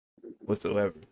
Whatsoever